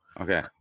Okay